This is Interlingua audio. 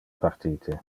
partite